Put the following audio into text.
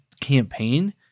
campaign